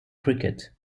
cricket